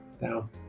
now